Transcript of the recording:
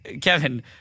Kevin